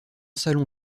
salon